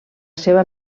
seva